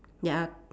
ya